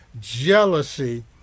Jealousy